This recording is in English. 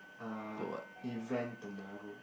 uh event tomorrow